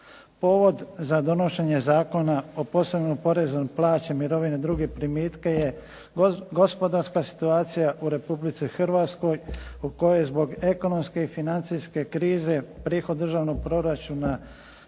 Povod za donošenje Zakona o posebnom porezu na plaće, mirovine i druge primitke je gospodarska situacija u Republici Hrvatskoj u kojoj zbog ekonomske i financijske krize prihod državnog proračuna